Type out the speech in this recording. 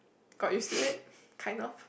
got used to it kind of